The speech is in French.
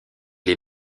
les